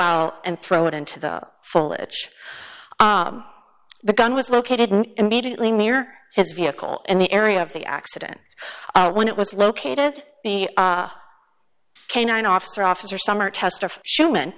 out and throw it into the foliage the gun was located in immediately near his vehicle and the area of the accident when it was located the canine officer officer summer test of schuman